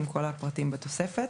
עם כל הפרטים בתוספת.